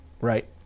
right